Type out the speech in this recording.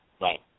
Right